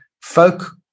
folk